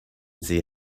see